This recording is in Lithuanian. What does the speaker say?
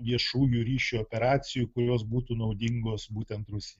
viešųjų ryšių operacijų kurios būtų naudingos būtent rusijai